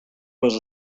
was